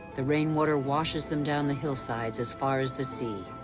the rainwater washes them down the hillsides as far as the sea.